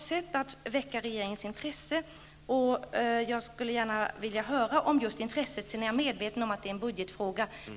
Jag är emellertid medveten om att det är en budgetfråga.